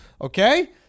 okay